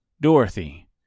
Dorothy